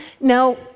Now